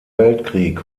weltkrieg